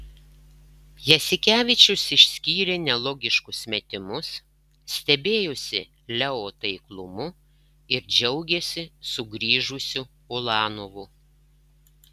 jasikevičius išskyrė nelogiškus metimus stebėjosi leo taiklumu ir džiaugėsi sugrįžusiu ulanovu